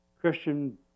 Christian